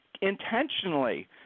intentionally